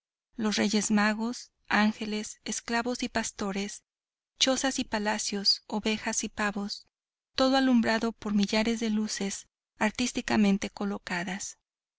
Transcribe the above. los reyes magos ángeles esclavos y pastores chozas y palacios ovejas y pavos todo alumbrado por millares de luces artísticamente colocadas